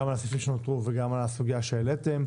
על הסעיפים שנותרו וגם על הסוגייה שהעליתם.